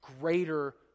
Greater